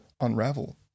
unravel